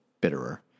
bitterer